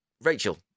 Rachel